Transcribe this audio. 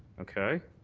okay?